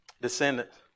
descendants